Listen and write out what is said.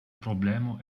problemo